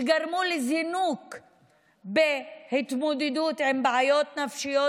שגרמו לזינוק בהתמודדות עם בעיות נפשיות,